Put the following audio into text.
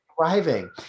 Thriving